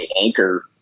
anchor